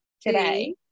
today